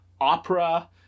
opera